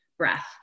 breath